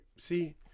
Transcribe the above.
See